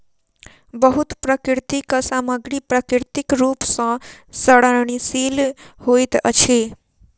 बहुत प्राकृतिक सामग्री प्राकृतिक रूप सॅ सड़नशील होइत अछि